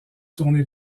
tournée